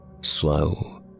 ...slow